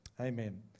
Amen